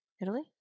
Italy